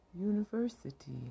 University